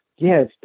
Yes